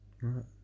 Right